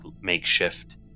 makeshift